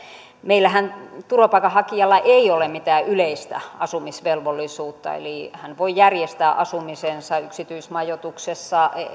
meillähän turvapaikanhakijalla ei ole mitään yleistä asumisvelvollisuutta eli hän voi järjestää asumisensa yksityismajoituksessa